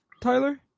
Tyler